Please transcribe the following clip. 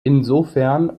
insofern